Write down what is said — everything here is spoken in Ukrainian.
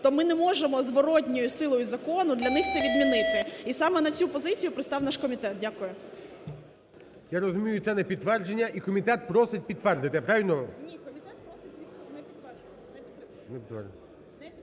то ми не можемо зворотною силою закону для них це відмінити і саме на цю позицію пристав наш комітет. Дякую. ГОЛОВУЮЧИЙ. Я розумію, це не підтвердження і комітет просить підтвердити, правильно? ШКРУМ А.І. Комітет просить не підтримувати